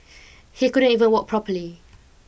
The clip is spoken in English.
he couldn't even walk properly